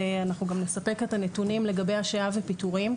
ואנחנו גם נספק את הנתונים לגבי השעיה ופיטורים.